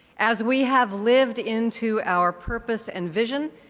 as we have lived into our purpose and vision,